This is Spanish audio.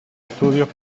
estudios